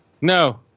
No